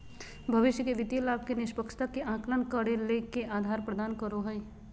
भविष्य के वित्तीय लाभ के निष्पक्षता के आकलन करे ले के आधार प्रदान करो हइ?